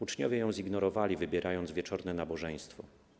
Uczniowie ją zignorowali, wybierając wieczorne nabożeństwo.